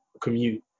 commute